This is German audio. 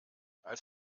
als